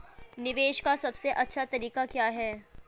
निवेश का सबसे अच्छा तरीका क्या है?